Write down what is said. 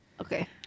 Okay